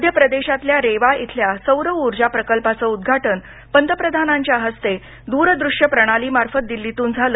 मध्य प्रदेशातल्या रेवा इथल्या सौर ऊर्जा प्रकल्पाचं उद्घाटन पंतप्रधानांच्या हस्ते दूरदृष्य प्रणाली मार्फत दिल्लीतून झालं